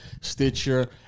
Stitcher